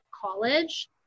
college